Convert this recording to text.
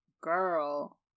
girl